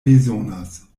bezonas